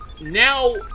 Now